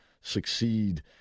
succeed